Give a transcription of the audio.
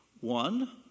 One